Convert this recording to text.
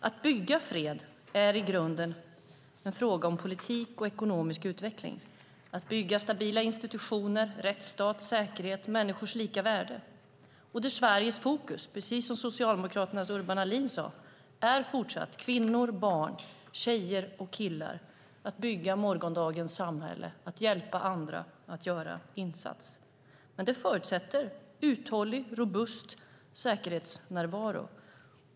Att bygga fred är i grunden en fråga om politik och ekonomisk utveckling. Det handlar om att bygga upp stabila institutioner och en rättsstat, skapa säkerhet och arbeta för människors lika värde. Sveriges fokus är fortsatt, precis som Socialdemokraternas Urban Ahlin sade, kvinnor, barn, tjejer och killar, att bygga morgondagens samhälle och att hjälpa andra att göra insatser. Men det förutsätter en uthållig och robust säkerhetsnärvaro.